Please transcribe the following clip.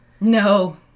No